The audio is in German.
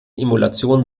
emulation